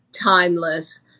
timeless